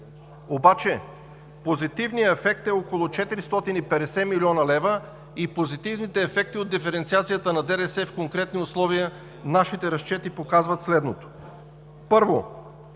обаче позитивният ефект е около 450 млн. лв. и позитивните ефекти от диференциацията на ДДС в конкретни условия, нашите разчети показват следното. Първо,